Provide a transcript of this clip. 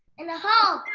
in a hole.